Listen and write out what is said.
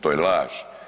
To je laž.